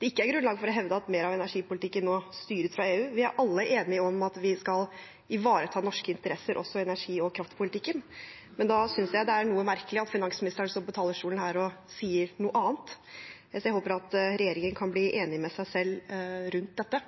det ikke er grunnlag for å hevde at mer av energipolitikken nå styres fra EU. Vi er alle enige om at vi skal ivareta norske interesser også i energi- og kraftpolitikken, men da synes jeg det er noe merkelig at finansministeren står på talerstolen her og sier noe annet – så jeg håper regjeringen kan bli enig med seg selv om dette.